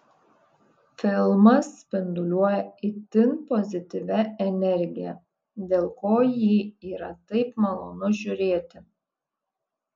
filmas spinduliuoja itin pozityvia energija dėl ko jį yra taip malonu žiūrėti